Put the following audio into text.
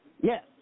Yes